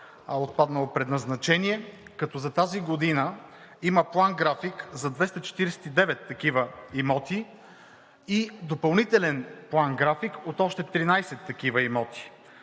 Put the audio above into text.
с отпаднало предназначение, като за тази година има план-график за 249 такива имота и допълнителен план-график от още 13 такива имота.